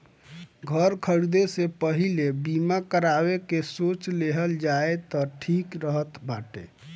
घर खरीदे से पहिले बीमा करावे के सोच लेहल जाए तअ ठीक रहत बाटे